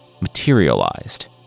materialized